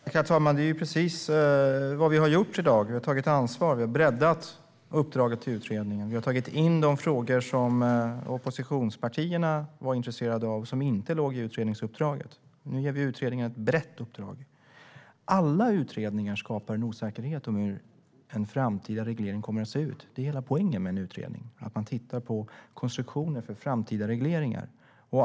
Herr talman! Det är precis vad vi har gjort i dag. Vi har tagit ansvar, vi har breddat uppdraget till utredningen och vi har tagit in de frågor som oppositionspartierna var intresserade av och som inte låg i utredningsuppdraget. Nu ger vi utredningen ett brett uppdrag. Alla utredningar skapar en osäkerhet om hur en framtida reglering kommer att se ut. Det är hela poängen med en utredning - att man ska titta på konstruktionen för framtida regleringar.